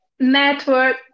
Network